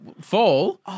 fall